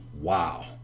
Wow